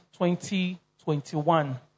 2021